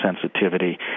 sensitivity